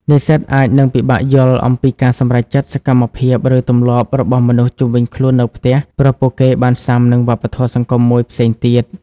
និស្សិតអាចនឹងពិបាកយល់ អំពីការសម្រេចចិត្ត សកម្មភាព ឬទម្លាប់របស់មនុស្សជុំវិញខ្លួននៅផ្ទះ ព្រោះពួកគេបានស៊ាំនឹងវប្បធម៌សង្គមមួយផ្សេងទៀត។